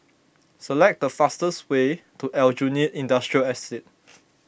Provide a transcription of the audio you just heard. select the fastest way to Aljunied Industrial Estate